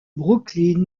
brooklyn